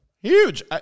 Huge